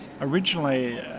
originally